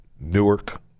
Newark